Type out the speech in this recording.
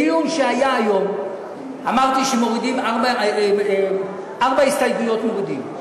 בדיון שהיה היום אמרתי שארבע הסתייגויות מורידים.